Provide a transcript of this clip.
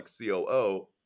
COO